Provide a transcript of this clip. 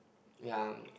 ya